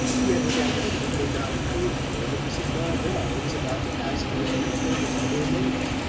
yet it had evidently not occurred to her that mrs. marvell was about to ask her to return them to their donor.